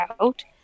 out